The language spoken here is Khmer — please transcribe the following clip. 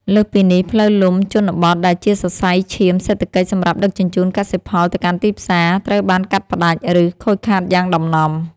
លើសពីនេះ ផ្លូវលំជនបទដែលជាសរសៃឈាមសេដ្ឋកិច្ចសម្រាប់ដឹកជញ្ជូនកសិផលទៅកាន់ទីផ្សារ ត្រូវបានកាត់ផ្ដាច់ ឬខូចខាតយ៉ាងដំណំ។